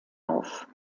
auf